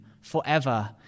forever